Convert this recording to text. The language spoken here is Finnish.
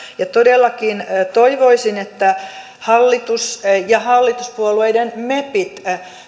ja todellakin toivoisin että hallitus ja hallituspuolueiden mepit